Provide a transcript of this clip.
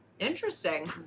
interesting